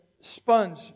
sponge